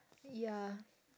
ya